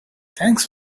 thanks